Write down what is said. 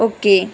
okay